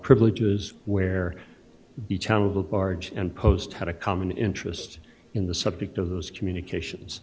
privileges where the challenge of large and post had a common interest in the subject of those communications